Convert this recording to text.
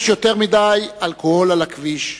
יש יותר מדי אלכוהול על הכביש,